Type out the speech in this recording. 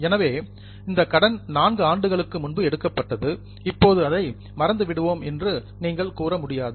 எனவே இந்த கடன் நான்கு ஆண்டுகளுக்கு முன்பு எடுக்கப்பட்டது இப்போது அதை மறந்து விடுவோம் என்று நீங்கள் கூற முடியாது